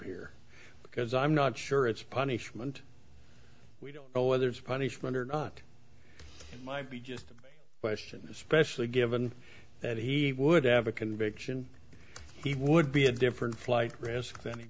here because i'm not sure it's punishment we don't know whether it's punishment or not might be just a question especially given that he would have a conviction he would be a different flight risk than